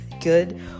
good